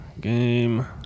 Game